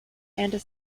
and